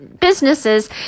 businesses